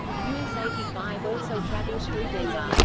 us eighty five also travels through denver.